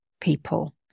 people